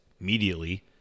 immediately